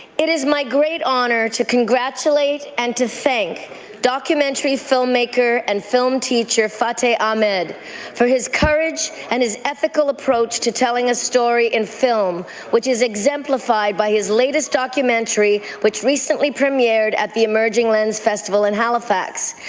it is my great honour to congratulate and to thank documentary film maker and film teacher fata ahmed for his courage and his ethical approach to telling a story in film which is exedmonton play tied by his latest documentary which recently premiered at the emerging lens festival in halifax.